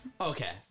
Okay